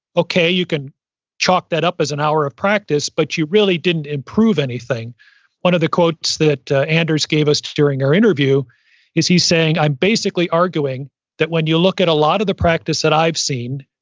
okay, you can chalk that up as an hour of practice, but you really didn't improve anything one of the quotes that anders gave us during our interview is, he's saying, i'm basically arguing that when you look at a lot of the practice that i've seen,